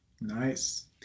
Nice